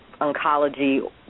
oncology